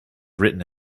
written